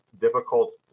difficult